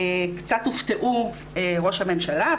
קצת הופתעו ראש הממשלה,